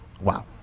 Wow